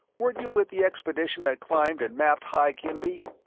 weren't you with the expedition that climbed and mapped high kimbi?